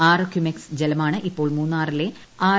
ആറു ക്യുമെക്സ് ജലമാണ് ഇപ്പോൾ മൂന്നാറിലെ ആർ